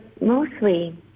mostly